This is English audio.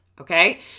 okay